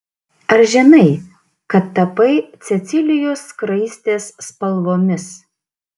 ar žinai kad tapai cecilijos skraistės spalvomis